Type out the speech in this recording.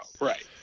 right